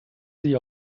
sie